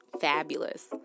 fabulous